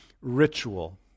ritual